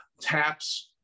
Taps